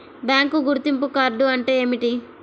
Bank గుర్తింపు card అంటే ఏమిటి?